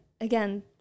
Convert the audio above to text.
again